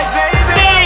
baby